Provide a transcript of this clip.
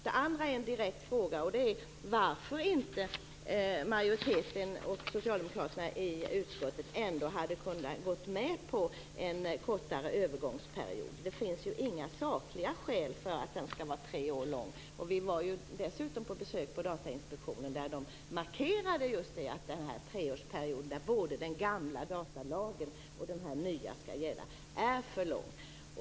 Sedan har jag en direkt fråga: Varför kunde inte majoriteten och socialdemokraterna i utskottet gå med på en kortare övergångsperiod? Det finns ju inga sakliga skäl för att den skall vara tre år lång. När vi besökte Datainspektionen markerade man dessutom just att den här treårsperioden, då både den gamla datalagen och den nya skall gälla, är för lång.